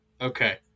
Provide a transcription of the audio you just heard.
Okay